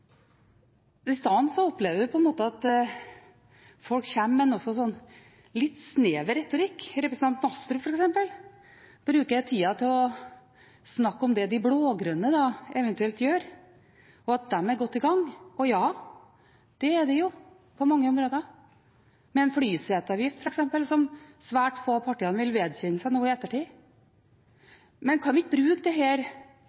Isteden opplever vi på en måte at folk kommer med en litt snever retorikk. Representanten Astrup, f.eks., bruker tida på å snakke om det de blå-grønne eventuelt gjør, og at de er godt i gang. Og ja, det er de på mange områder – med f.eks. en flyseteavgift som svært få av partiene vil vedkjenne seg nå i ettertid. Men kan vi ikke bruke denne saken og denne debatten til faktisk å drøfte det